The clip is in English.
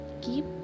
Keep